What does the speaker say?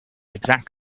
exact